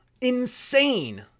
insane